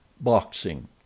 boxing